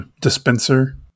dispenser